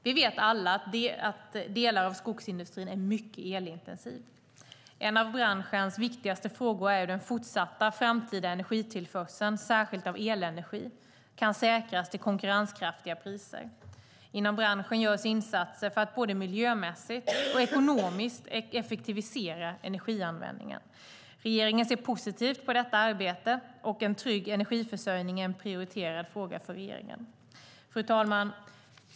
Vi vet alla att delar av skogsindustrin är mycket elintensiv. En av branschens viktigaste frågor är hur den fortsatta framtida energitillförseln, särskilt av elenergi, kan säkras till konkurrenskraftiga priser. Inom branschen görs insatser för att både miljömässigt och ekonomiskt effektivisera energianvändningen. Regeringen ser positivt på detta arbete, och en trygg energiförsörjning är en prioriterad fråga för regeringen. Fru talman!